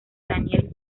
daniel